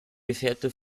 gefärbte